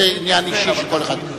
זה עניין אישי של כל אחד.